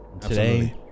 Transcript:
Today